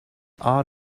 ought